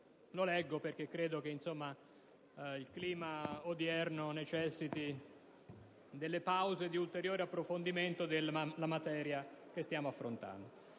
lo leggo perché credo che il clima odierno necessiti di pause di ulteriore approfondimento della materia che stiamo affrontando.